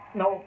no